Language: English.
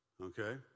okay